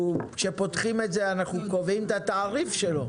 כשפותחים את זה אנחנו קובעים את התעריף שלו.